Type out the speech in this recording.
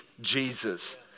Jesus